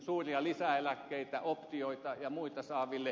suuria lisäeläkkeitä optioita ja muita saaville